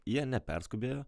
jie neperskubėjo